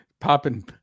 popping